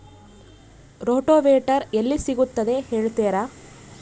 Rotavator ಎಲ್ಲಿ ಸಿಗುತ್ತದೆ ಹೇಳ್ತೇರಾ?